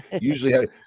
usually